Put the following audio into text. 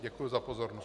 Děkuji za pozornost.